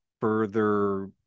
further